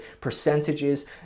percentages